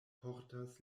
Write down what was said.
portas